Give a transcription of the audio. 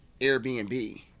Airbnb